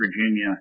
Virginia –